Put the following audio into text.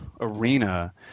arena